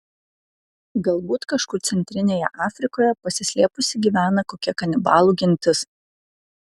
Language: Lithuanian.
galbūt kažkur centrinėje afrikoje pasislėpusi gyvena kokia kanibalų gentis